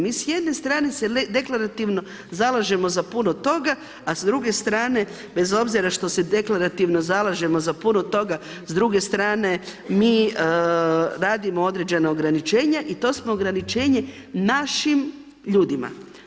Mi s jedne strane se deklarativno zalažemo za puno toga, a s druge strane bez obzira što se deklarativno zalažemo za puno toga s druge strane mi radimo određena ograničenja i to smo ograničenje našim ljudima.